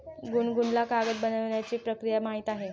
गुनगुनला कागद बनवण्याची प्रक्रिया माहीत आहे